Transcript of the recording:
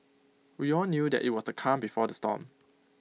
we all knew that IT was the calm before the storm